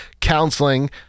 counseling